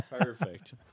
Perfect